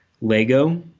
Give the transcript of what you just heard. Lego